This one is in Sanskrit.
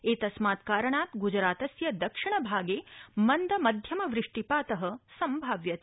एतस्मात् कारणात् गुजरातस्य दक्षिणभागे मन्द मध्यम वृष्टिपातः सम्भाव्यते